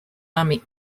army